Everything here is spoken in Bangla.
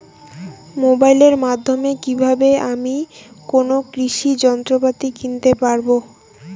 মোবাইলের মাধ্যমে কীভাবে আমি কোনো কৃষি যন্ত্রপাতি কিনতে পারবো?